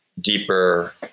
deeper